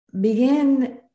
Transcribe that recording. begin